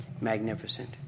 magnificent